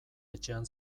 etxean